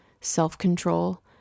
self-control